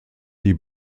die